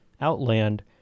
Outland